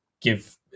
give